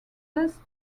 test